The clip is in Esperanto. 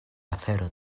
afero